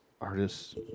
artists